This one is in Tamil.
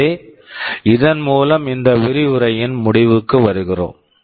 எனவே இதன் மூலம் இந்த விரிவுரையின் முடிவுக்கு வருகிறோம்